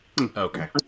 Okay